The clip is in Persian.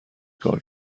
کار